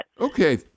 Okay